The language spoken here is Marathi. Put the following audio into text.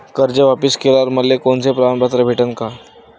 कर्ज वापिस केल्यावर मले कोनचे प्रमाणपत्र भेटन का?